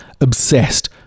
Obsessed